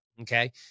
Okay